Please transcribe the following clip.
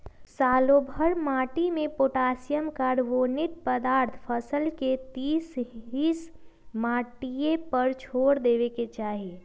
सालोभर माटिमें potassium, carbonic पदार्थ फसल के तीस हिस माटिए पर छोर देबेके चाही